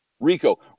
RICO